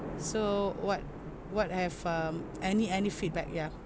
so what what have um any any feedback ya